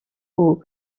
aux